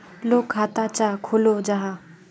लोग खाता चाँ खोलो जाहा?